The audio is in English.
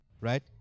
Right